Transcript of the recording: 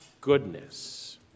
goodness